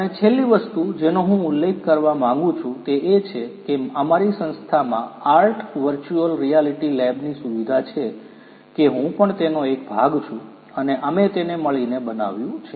અને છેલ્લી વસ્તુ જેનો હું ઉલ્લેખ કરવા માંગું છું તે એ છે કે અમારી સંસ્થામાં આર્ટ વર્ચુઅલ રિયાલિટી લેબની સુવિધા છે કે હું પણ તેનો એક ભાગ છું અને અમે તેને મળીને બનાવ્યું છે